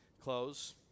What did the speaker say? close